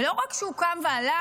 ולא רק שהוא קם והלך,